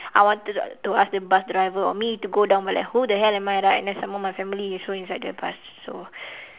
I want to to ask the bus driver or me to go down but like who the hell am I right and then some more my family also inside the bus right so